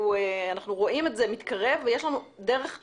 אנחנו רואים את זה מתקרב ויש לנו דרך להיערך.